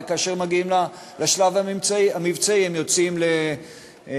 וכאשר מגיעים לשלב המבצעי הם יוצאים לישיבה,